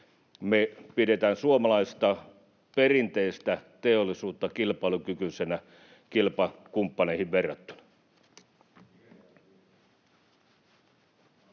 me pidetään suomalaista, perinteistä teollisuutta kilpailukykyisenä kilpakumppaneihin verrattuna.